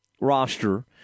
roster